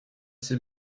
ces